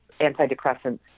antidepressants